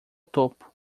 topo